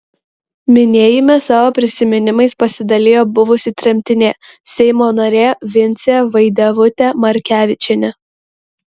minėjime savo prisiminimais pasidalijo buvusi tremtinė seimo narė vincė vaidevutė markevičienė